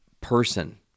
person